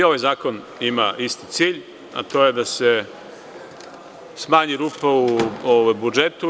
I ovaj zakon ima isti cilj, a to je da se smanji rupa u budžetu.